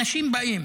אנשים באים